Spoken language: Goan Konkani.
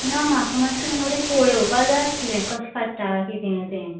ना म्हाका मात्शे मगो ते पळोवपा जाय आसले कशे काडटा किते ते